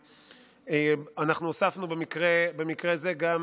הוספנו במקרה זה גם